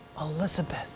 Elizabeth